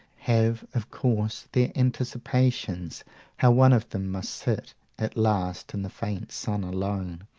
have, of course, their anticipations how one of them must sit at last in the faint sun alone,